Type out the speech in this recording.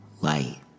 light